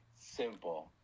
simple